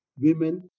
women